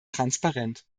transparent